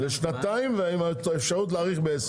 לשנתיים, ועם אפשרות להאריך בעשר.